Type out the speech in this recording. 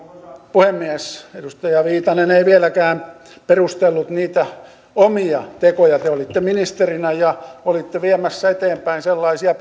puhemies edustaja viitanen ei vieläkään perustellut niitä omia tekojaan te olitte ministerinä ja olitte viemässä eteenpäin sellaisia